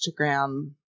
Instagram